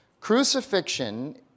crucifixion